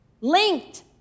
linked